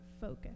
focus